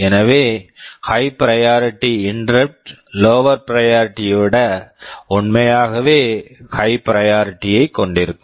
எனவே higher priority higher priority interrupt interrupt lower lower priority priority ஐ விட உண்மையாகவே ஹையர் பிரையாரிட்டி higher priority ஐக் கொண்டிருக்கும்